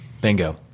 Bingo